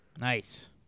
Nice